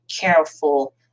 careful